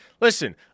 Listen